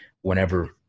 whenever